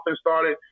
started